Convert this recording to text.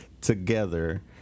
together